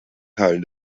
teilen